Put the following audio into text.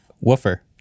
Woofer